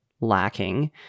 lacking